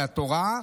מהתורה,